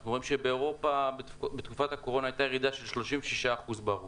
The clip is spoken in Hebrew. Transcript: אנחנו רואים שבאירופה בתקופת הקורונה הייתה ירידה של 36% בהרוגים,